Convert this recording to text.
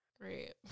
Great